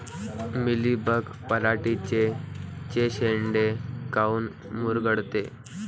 Mealybug पराटीचे चे शेंडे काऊन मुरगळते?